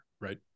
Right